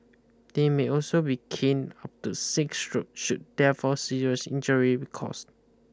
they may also be caned up to six strokes should death or serious injury be caused